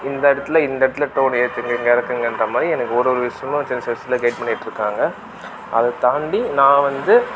இந்த இடத்துல இந்த இடத்துல டோன் ஏற்றுங்க இங்கே இறக்குங்கன்றா மாதிரி எனக்கு ஒரு ஒரு விஷயமும் சின்ன சின்ன விஷயத்துல கைட் பண்ணிகிட்ருக்காங்க அதை தாண்டி நான் வந்து